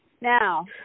Now